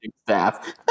staff